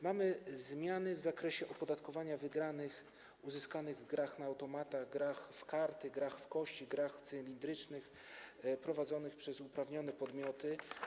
Mamy zmiany w zakresie opodatkowania wygranych uzyskanych w grach na automatach, grach w karty, grach w kości, grach cylindrycznych prowadzonych przez uprawnione podmioty.